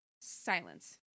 silence